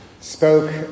spoke